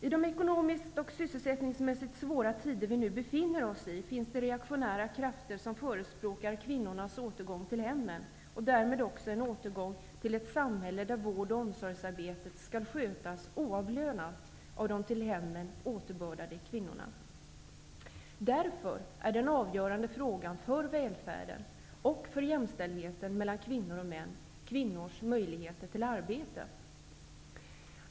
I de ekonomiskt och sysselsättningsmässigt svåra tider vi nu befinner oss i, finns det reaktionära krafter som förespråkar kvinnornas återgång till hemmen. Och därmed också en återgång till ett samhälle där vård och omsorgsarbetet skall skötas oavlönat av de till hemmen ''återbördade'' Därför är den avgörande frågan för välfärden och för jämställdheten mellan kvinnor och män, kvinnors möjligheter till arbete.